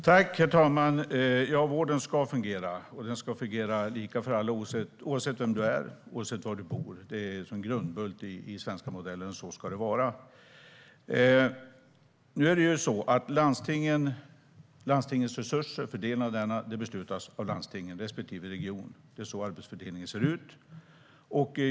Herr talman! Vården ska fungera, och den ska fungera lika för alla, oavsett vem du är och oavsett var du bor. Det är en grundbult i den svenska modellen, och så ska det vara. Nu är det så att fördelningen av landstingens resurser beslutas av landstingen respektive regionerna. Det är så arbetsfördelningen ser ut.